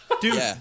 dude